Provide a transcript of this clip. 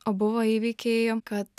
o buvo įvykiai kad